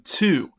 two